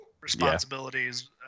responsibilities